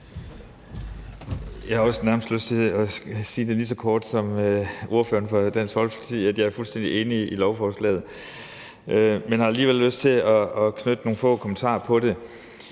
Jeg har også nærmest lyst til at sige det lige så kort som ordføreren for Dansk Folkeparti, nemlig at jeg er fuldstændig enig i lovforslaget. Men jeg har alligevel lyst til lige at knytte nogle få kommentarer til det.